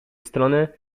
strony